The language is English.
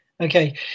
Okay